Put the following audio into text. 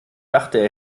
dachte